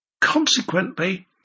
Consequently